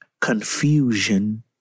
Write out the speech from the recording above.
confusion